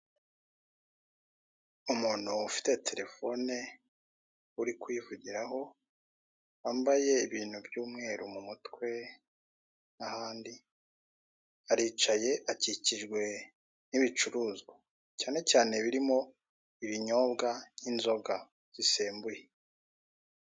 Umuntu ufite terefone uri kuyivugiraho, wambaye ibintu by'umweru mu mutwe n'ahandi, aricaye akikijwe n'ibicuruzwa, cyane cyane birimo ibinyobwa by'inzoga zisembuye.